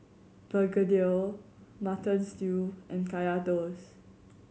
begedil Mutton Stew and Kaya Toast